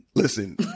Listen